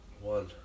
One